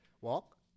Walk